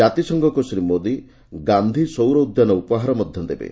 କାତିସଂଘକୁ ଶ୍ରୀ ମୋଦୀ ଗାନ୍ଧୀ ସୌର ଉଦ୍ୟାନ ଉପହାର ମଧ୍ୟ ଦେବେ